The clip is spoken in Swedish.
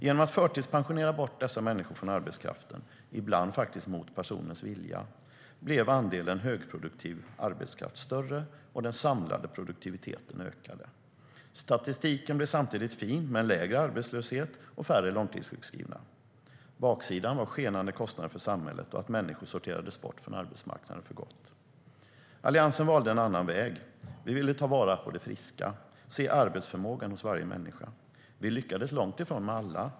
Genom att förtidspensionera bort dessa människor från arbetskraften, ibland mot personernas vilja, blev andelen högproduktiv arbetskraft större, och den samlade produktiviteten ökade. Statistiken blev fin, med lägre arbetslöshet och färre långtidssjukskrivna. Baksidan var skenande kostnader för samhället och att människor sorterades bort från arbetsmarknaden för gott. Alliansen valde en annan väg. Vi ville ta vara på det friska och se arbetsförmågan hos varje människa. Vi lyckades långt ifrån med alla.